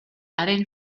haren